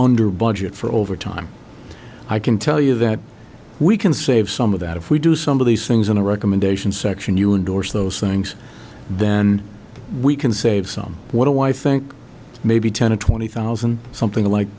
under budget for over time i can tell you that we can save some of that if we do some of these things on a recommendation section you endorse those things then we can save some what do i think maybe ten to twenty thousand something like